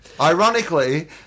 Ironically